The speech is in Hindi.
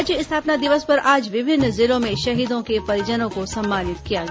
राज्य स्थापना दिवस पर आज विभिन्न जिलों में शहीदों के परिजनों को सम्मानित किया गया